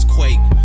quake